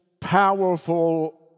powerful